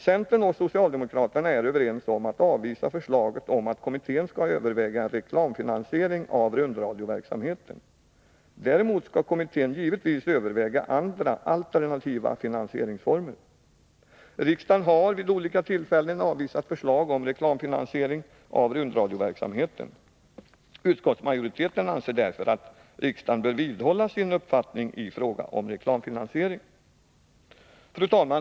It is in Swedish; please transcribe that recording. Centern och socialdemokraterna är överens om att avvisa förslaget att kommittén skall överväga en reklamfinansiering av rundradioverksamheten. Däremot skall kommittén givetvis överväga andra, alternativa finansieringsformer. Riksdagen har vid olika tillfällen avvisat förslag om reklamfinansiering av rundradioverksamheten. Utskottsmajoriteten anser därför att riksdagen bör vidhålla sin uppfattning i fråga om reklamfinansiering. Fru talman!